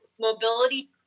Mobility